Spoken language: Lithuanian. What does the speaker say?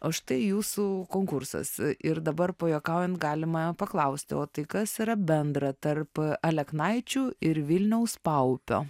o štai jūsų konkursas ir dabar pajuokaujant galima paklausti o tai kas yra bendra tarp aleknaičių ir vilniaus paupio